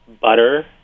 butter